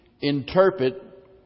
interpret